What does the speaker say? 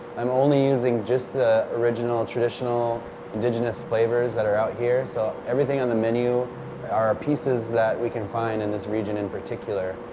i'm only using just the original, traditional indigenous flavors that are out here. so everything on the menu are pieces that we can find in this region in particular.